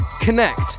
connect